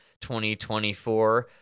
2024